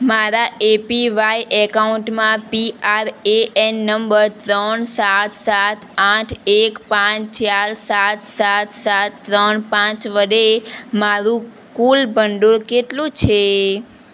મારા એપીવાય એકાઉન્ટમાં PRAN number ત્રણ સાત સાત આઠ એક પાંચ ચાર સાત સાત સાત ત્રણ પાંચ વડે મારું કુલ ભંડોળ કેટલું છે